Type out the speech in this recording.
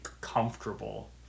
comfortable